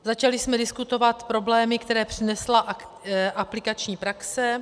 Začali jsme diskutovat problémy, které přinesla aplikační praxe.